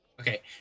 Okay